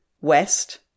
West